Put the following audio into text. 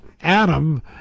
Adam